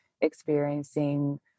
experiencing